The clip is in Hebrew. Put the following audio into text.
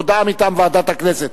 הודעה מטעם ועדת הכנסת,